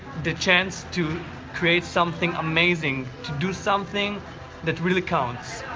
the chance to create something amazing to do something that really counts?